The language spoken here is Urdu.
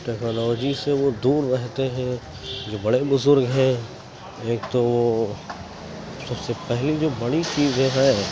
ٹیکنالوجی سے وہ دور رہتے ہیں جو بڑے بزرگ ہیں ایک تو وہ سب سے پہلی جو بڑی چیزیں ہیں